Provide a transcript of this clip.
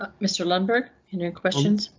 um mr lundberg, and her questions,